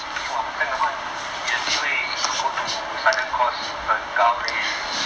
!wah! 这样的话你你有机会 go to sergeant course 很高 leh